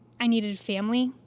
i needed family,